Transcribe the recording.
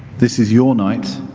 this is your night.